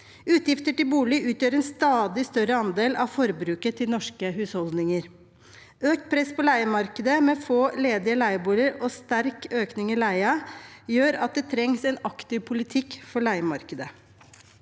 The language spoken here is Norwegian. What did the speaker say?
Utgifter til bolig utgjør en stadig større andel av forbruket til norske husholdninger. Økt press på leiemarkedet, med få ledige leieboliger og sterk økning i leien, gjør at det trengs en aktiv politikk for leiemarkedet.